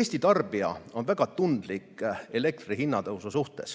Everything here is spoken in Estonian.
Eesti tarbija on väga tundlik elektri hinna tõusu suhtes.